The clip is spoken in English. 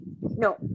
No